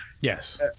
Yes